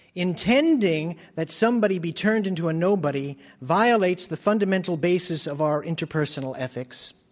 intending that somebody be turned into a nobody violates the fundamental basis of our interpersonal ethics,